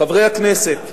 חברי הכנסת,